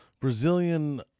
Brazilian